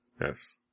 Yes